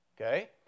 Okay